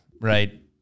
right